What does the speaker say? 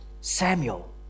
Samuel